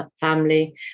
family